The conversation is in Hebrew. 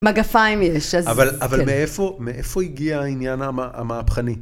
מגפיים יש. אבל מאיפה הגיע העניין המהפכני?